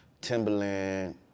Timberland